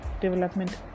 development